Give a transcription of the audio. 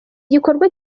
gikorwa